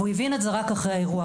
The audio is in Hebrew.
והוא הבין את זה רק אחרי האירוע.